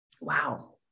Wow